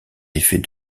effet